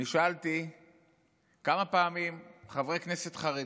אני שאלתי כמה פעמים חברי כנסת חרדים: